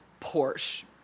Porsche